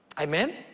Amen